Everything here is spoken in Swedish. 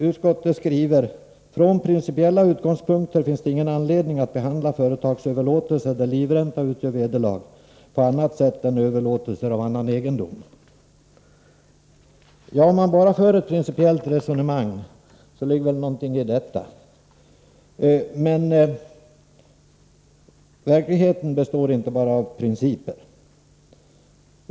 Utskottet skriver: ”Från principiella utgångspunkter finns det ingen anledning att behandla företagsöverlåtelser där livränta utgör vederlag på annat sätt än överlåtelser av annan egendom.” Ja, för den som för ett enbart principiellt resonemang ligger det väl någonting i detta, men verkligheten består inte bara av principer.